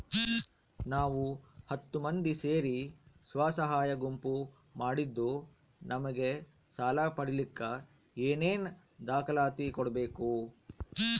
ನಾವು ಹತ್ತು ಮಂದಿ ಸೇರಿ ಸ್ವಸಹಾಯ ಗುಂಪು ಮಾಡಿದ್ದೂ ನಮಗೆ ಸಾಲ ಪಡೇಲಿಕ್ಕ ಏನೇನು ದಾಖಲಾತಿ ಕೊಡ್ಬೇಕು?